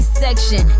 section